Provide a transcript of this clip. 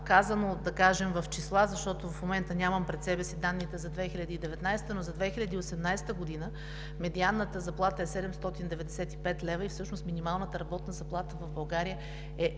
Да кажем в числа, защото в момента нямам пред себе си данните за 2019 г., но за 2018 г. медианната заплата е 795 лв., и всъщност минималната работна заплата в България е много